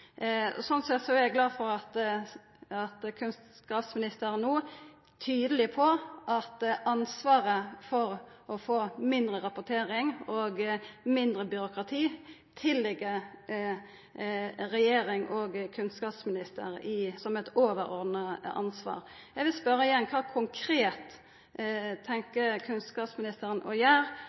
sett er eg glad for at kunnskapsministeren no er tydeleg på at ansvaret for å få mindre rapportering og mindre byråkrati ligg til regjering og kunnskapsminister, som eit overordna ansvar. Eg vil spørja igjen: Kva konkret tenkjer kunnskapsministeren å